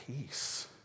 peace